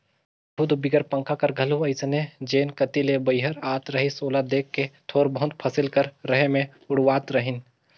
आघु दो बिगर पंखा कर घलो अइसने जेन कती ले बईहर आत रहिस ओला देख के थोर बहुत फसिल कर रहें मे उड़वात रहिन